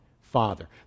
father